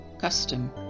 custom